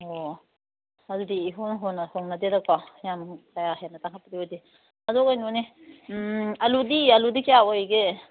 ꯑꯣ ꯑꯗꯨꯗꯤ ꯏꯍꯣꯡ ꯍꯣꯡꯅꯗꯦꯗꯀꯣ ꯌꯥꯝ ꯀꯌꯥ ꯍꯦꯟꯅ ꯇꯥꯡꯈꯠꯄꯗꯤ ꯑꯣꯏꯗꯦ ꯑꯗꯣ ꯀꯩꯅꯣꯅꯦ ꯑꯂꯨꯗꯤ ꯑꯂꯨꯗꯤ ꯀꯌꯥ ꯑꯣꯏꯔꯤꯒꯦ